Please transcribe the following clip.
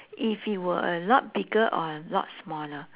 if it were a lot bigger or a lot smaller